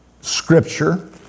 scripture